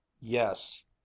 Yes